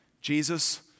Jesus